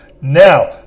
Now